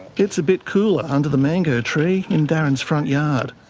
it's a bit cooler under the mango tree in darren's front yard.